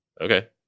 Okay